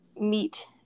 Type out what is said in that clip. meet